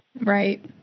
Right